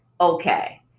okay